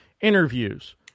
interviews